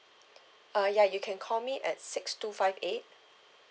uh ya you can call me at six two five eight